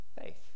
faith